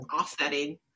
offsetting